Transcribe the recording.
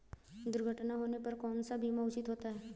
दुर्घटना होने पर कौन सा बीमा उचित होता है?